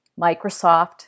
Microsoft